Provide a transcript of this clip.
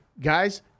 guys